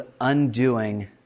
undoing